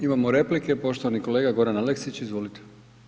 Imamo replike, poštovani kolega Goran Aleksić, izvolite.